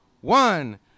one